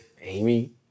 Amy